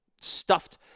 stuffed